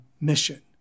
mission